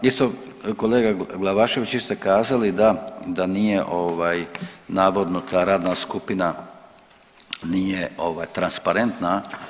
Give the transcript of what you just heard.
Isto kolega Glavašević vi ste kazali da nije navodno ta radna skupina nije transparentna.